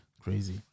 crazy